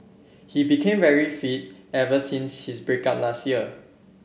he became very fit ever since his break up last year